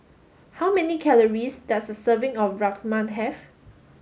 how many calories does a serving of Rajma have